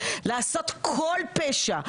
לעשות כל פשע,